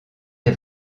des